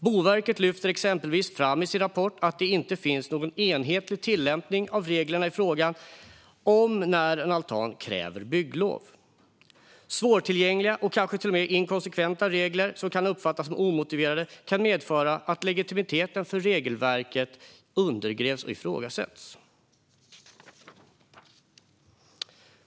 Exempelvis lyfter Boverket fram i sin rapport att det inte finns någon enhetlig tillämpning av reglerna i frågan om när en altan kräver bygglov. Svårtillgängliga och kanske till och med inkonsekventa regler som kan uppfattas som omotiverade kan medföra att legitimiteten för regelverket undergrävs och ifrågasätts.